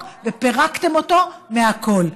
החוק ופירקתם אותו מהכול.